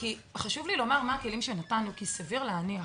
חשוב לי לומר מה הכלים שנתנו, כי סביר להניח